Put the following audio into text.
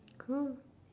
cool